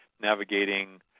navigating